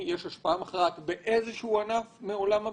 האם הסיבה היא שאין בנק שנתח השוק שלו מעל -50%?